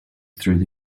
through